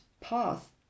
path